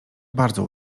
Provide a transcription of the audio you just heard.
bardzo